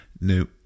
No